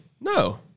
No